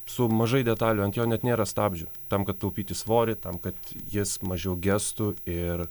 su mažai detalių ant jo net nėra stabdžių tam kad taupyti svorį tam kad jis mažiau gestų ir